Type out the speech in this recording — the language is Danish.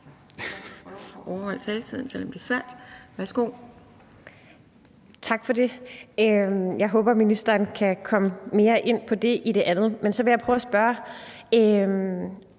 Tak for det. Jeg håber, ministeren kan komme mere ind på det i den anden bemærkning. Så vil jeg prøve at spørge